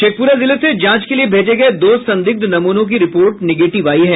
शेखपुरा जिले से जांच के लिए भेजे गये दो संदिग्ध नमूनों की रिपोर्ट निगेटिव आयी है